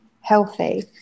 healthy